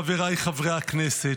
חבריי חברי הכנסת,